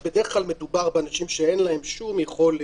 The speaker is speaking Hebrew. בדרך כלל מדובר באנשים שאין להם שום יכולת,